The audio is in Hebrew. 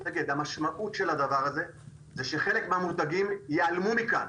המשמעות של הדבר הזה היא שחלק מהמותגים ייעלמו מכאן.